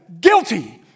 guilty